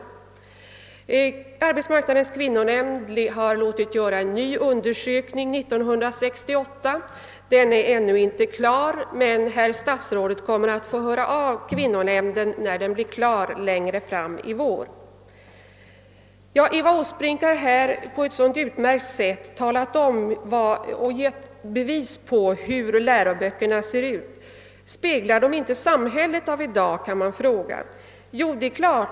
Arbetsmarknadens kvinnonämnd har 1968 låtit göra en ny undersökning, som ännu inte är klar men som herr statsrådet kommer att få ta del av när arbetet blir färdigt längre fram 1 vår. Eva Åsbrink har på ett utmärkt sätt redogjort för och givit exempel på hur läroböckerna är utformade. Man kan fråga om de ändå inte speglar samhället av i dag.